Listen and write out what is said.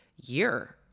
year